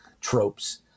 tropes